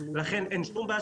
הצפון